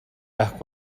байхгүй